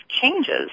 changes